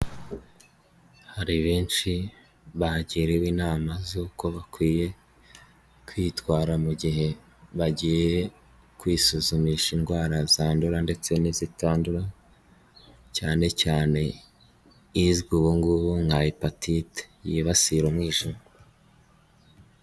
Hari benshi bagiriwe inama z'uko bakwiye kwitwara mu gihe bagiye kwisuzumisha indwara zandura ndetse n'izitandura, cyane cyane izwi ubu ngubu nka hepatite yibasira umwijima.